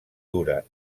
dura